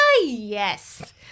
yes